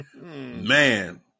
man